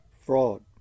Fraud